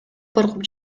коркуп